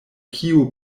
kiu